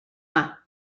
yma